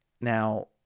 Now